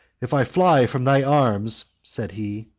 if i fly from thy arms, said he,